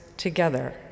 Together